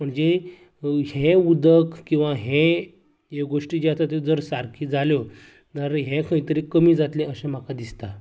म्हणजे हें उदक किंवां हे ह्यो गोश्टी ज्यो आसात जर सारक्यो जाल्यो जाल्यार हे खंय तरी कमी जातलें अशें म्हाका दिसता